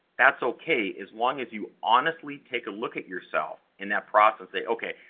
that's okay, as long as, you honestly take a look at yourself in that process say, okay,